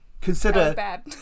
consider